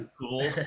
cool